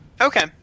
Okay